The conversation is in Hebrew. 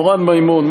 מורן מימון,